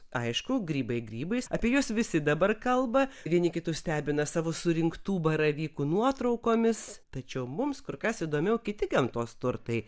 aišku grybai grybais apie juos visi dabar kalba vieni kitus stebina savo surinktų baravykų nuotraukomis tačiau mums kur kas įdomiau kiti gamtos turtai